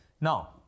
Now